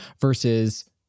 versus